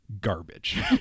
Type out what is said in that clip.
garbage